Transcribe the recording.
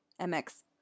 mx